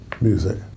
Music